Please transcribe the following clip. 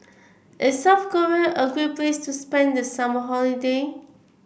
is South Korea a great place to spend the summer holiday